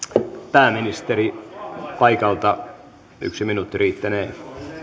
pääministeri paikalta yksi minuutti riittänee